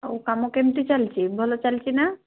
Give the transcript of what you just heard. ଆଉ କାମ କେମିତି ଚାଲିଛି ଭଲ ଚାଲିଛି ନା